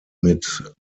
mit